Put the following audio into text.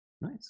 Nice